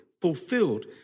fulfilled